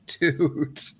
dude